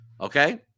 Okay